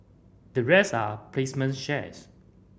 the rest are placement shares